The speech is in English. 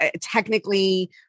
technically